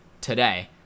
today